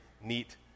neat